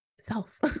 self